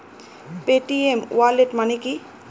Paytm wallet মানে কি?